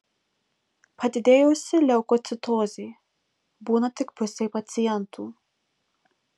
padidėjusi leukocitozė būna tik pusei pacientų